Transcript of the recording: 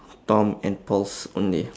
tom and paul's only